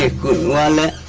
ah la la